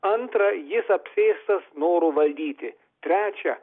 antra jis apsėstas noro valdyti trečia